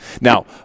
Now